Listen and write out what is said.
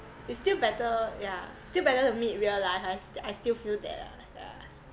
it's still better yeah still better to meet real life I I still feel that ah yeah